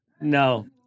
no